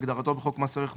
כהגדרתו בחוק מס ערך מוסף,